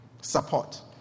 Support